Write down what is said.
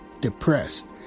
depressed